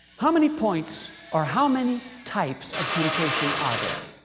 how many points or how many types of temptation are there?